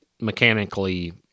mechanically